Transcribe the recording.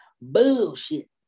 bullshit